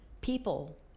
people